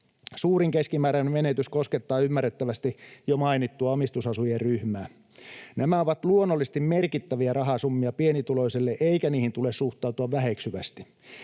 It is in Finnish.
Suurin keskimääräinen menetys koskettaa ymmärrettävästi jo mainittua omistusasujien ryhmää. Nämä ovat luonnollisesti merkittäviä rahasummia pienituloiselle, eikä niihin tule suhtautua väheksyvästi.